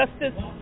Justice